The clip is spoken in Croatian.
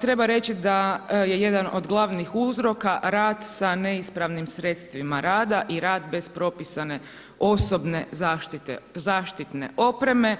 treba reći da je jedan od glavnih uzroka rad sa neispravnim sredstvima rada i rad bez propisane osobne zaštitne opreme.